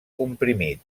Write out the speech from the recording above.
comprimit